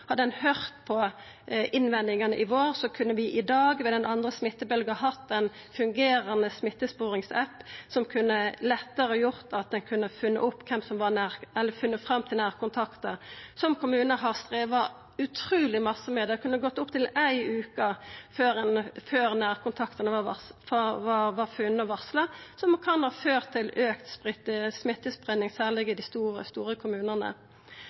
Hadde ein høyrt på innvendingane i vår, kunne vi i dag, ved den andre smittebølgja, hatt ein fungerande smittesporings-app som hadde gjort det lettare å finna fram til nærkontaktar, som kommunar har streva utruleg masse med. Det kunne gå opptil ei veke før nærkontaktane var funne og varsla, noko som kan ha ført til auka smittespreiing, særleg i dei store kommunane.